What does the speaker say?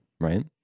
right